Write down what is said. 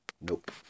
Nope